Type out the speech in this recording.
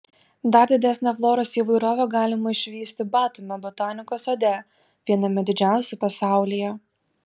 dar didesnę floros įvairovę galima išvysti batumio botanikos sode viename didžiausių pasaulyje